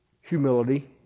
humility